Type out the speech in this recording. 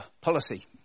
policy